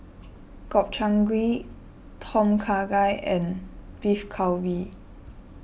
Gobchang Gui Tom Kha Gai and Beef Galbi